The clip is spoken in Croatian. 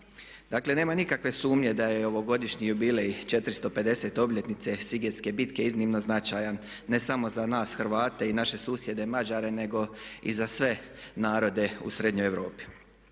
Dakle, nema nikakve sumnje da je ovogodišnji jubilej 450 obljetnice Sigetske bitke iznimno značajan ne samo za nas Hrvate i naše susjede Mađare nego i za sve narode u srednjoj Europi